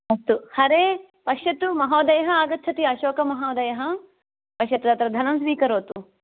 अस्तु हरे पश्यतु महोदयः आगच्छति अशोकमहोदयः पश्यतु अत्र धनं स्वीकरोतु